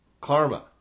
Karma